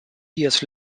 years